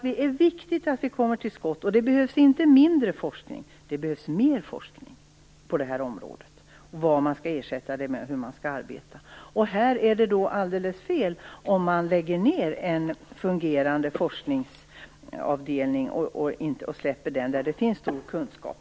Det är viktigt att vi kommer till skott, och det behövs inte mindre forskning på området utan mer. Vad skall man ersätta det med? Hur skall man arbeta? Det är alldeles fel att lägga ned en fungerande forskningsavdelning där det finns stor kunskap.